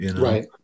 Right